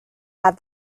had